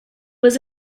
was